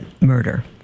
murder